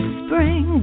spring